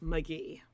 McGee